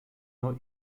nur